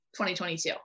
2022